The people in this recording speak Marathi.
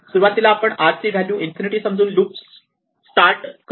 सुरुवातीला आपण r c व्हॅल्यू इन्फिनिटी समजून लूप स्टार्ट करतो